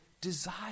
desire